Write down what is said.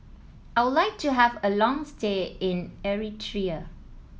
I would like to have a long stay in Eritrea